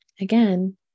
again